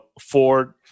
Ford